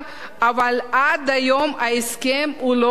אבל עד היום ההסכם לא חתום.